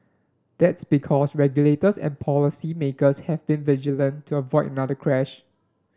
that's because regulators and policy makers have been vigilant to avoid another crash